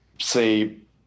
see